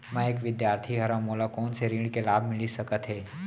मैं एक विद्यार्थी हरव, मोला कोन से ऋण के लाभ मिलिस सकत हे?